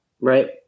Right